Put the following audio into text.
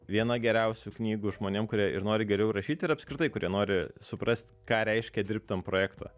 viena geriausių knygų žmonėm kurie ir nori geriau rašyti ir apskritai kurie nori suprast ką reiškia dirbt ant projekto